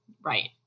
Right